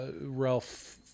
Ralph